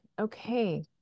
okay